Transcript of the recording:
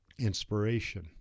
inspiration